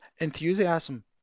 enthusiasm